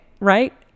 right